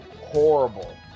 Horrible